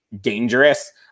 dangerous